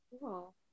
Cool